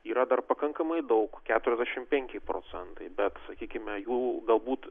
yra dar pakankamai daug keturiasdešimt penki procentai bet sakykime jų galbūt